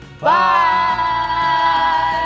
Bye